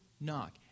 knock